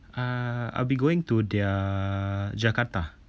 uh I'll be going to their jakarta